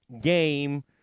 game